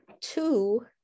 Two